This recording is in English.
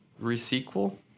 Re-sequel